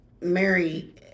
Mary